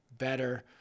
better